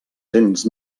cents